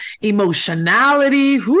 emotionality